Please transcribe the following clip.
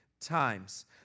times